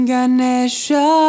Ganesha